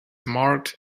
marked